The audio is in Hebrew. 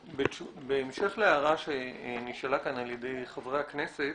בהמשך להערה שנשאלה כאן על ידי חברי הכנסת,